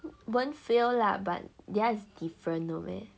won't fail lah but theirs different now meh